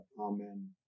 Amen